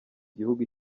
gihugu